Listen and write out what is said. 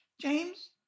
James